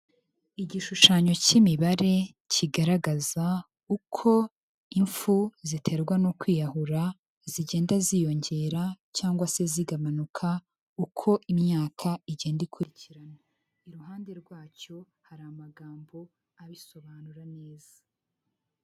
Igishushanyo cy'imibare, kigaragaza, uko impfu ziterwa no kwiyahura zigenda ziyongera, cyangwa se zigabanuka, uko imyaka igenda ikurikirana, iruhande rwacyo hari amagambo abisobanura neza.